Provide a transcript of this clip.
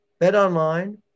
BetOnline